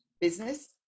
business